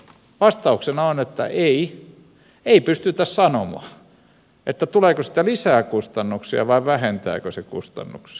vastauksena on että ei ei pystytä sanomaan tuleeko siitä lisää kustannuksia vai vähentääkö se kustannuksia